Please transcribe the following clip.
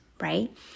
right